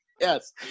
Yes